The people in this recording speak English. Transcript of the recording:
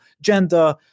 Gender